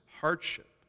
hardship